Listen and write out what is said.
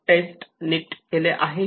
taste नीट केले आहे का